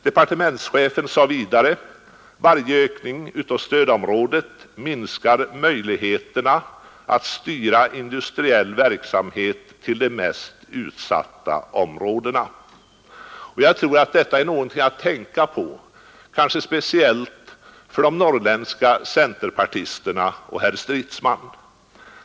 Departementschefen sade för det andra att varje ökning av stödområdet minskar möjligheterna att styra industriell verksamhet till de mest utsatta områdena. Det är någonting att tänka på, kanske speciellt för de norrländska centerpartisterna och herr Stridsman.